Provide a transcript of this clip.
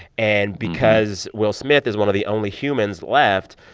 and because will smith is one of the only humans left,